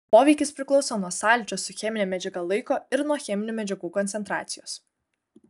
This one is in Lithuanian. poveikis priklauso nuo sąlyčio su chemine medžiaga laiko ir nuo cheminių medžiagų koncentracijos